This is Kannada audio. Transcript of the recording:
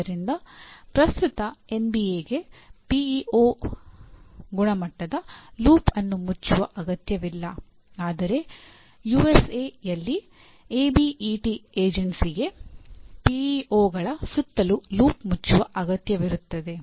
ಆದ್ದರಿಂದ ಪ್ರಸ್ತುತ ಎನ್ಬಿಎಗೆ ಸುತ್ತಲೂ ಲೂಪ್ ಮುಚ್ಚುವ ಅಗತ್ಯವಿರುತ್ತದೆ